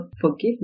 forgiveness